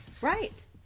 Right